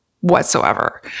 whatsoever